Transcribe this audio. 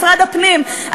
משרד הפנים,